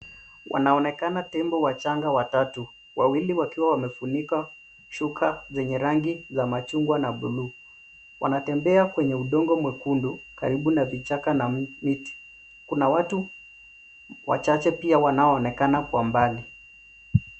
Wanaonekana tembo wachanga watu, wawili wakiwa wamefunikwa shuka zenye rangi ya machungwa na buluu, wanatembea kwenye udongo mwekundu karibu na vichaka na miti, kuna watu wachache pia wanaoonekana kwa mbali.